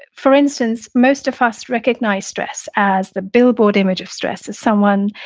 for instance, most of us recognize stress as the billboard image of stress is someone,